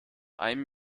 einem